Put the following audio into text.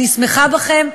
אני שמחה בכם,